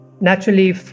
Naturally